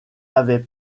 avaient